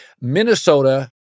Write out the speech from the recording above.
minnesota